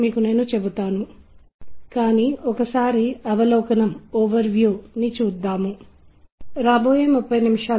ఉదాహరణకు మీరు ఒక పెద్ద వ్యాపార సముదాయము లోకి వెళితే అక్కడ ఏదో సంగీతం లలిత సంగీతం వాయించబడడము మీరు కనుగొంటారు